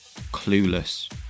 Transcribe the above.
clueless